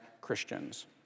Christians